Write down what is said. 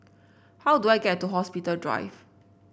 how do I get to Hospital Drive